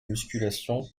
musculation